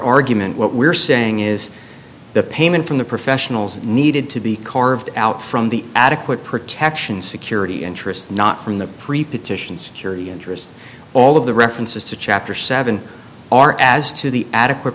argument what we're saying is the payment from the professionals needed to be car out from the adequate protection security interest not from the prepositions curie interest all of the references to chapter seven are as to the adequate